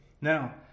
Now